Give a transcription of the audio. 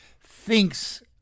thinks